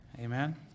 Amen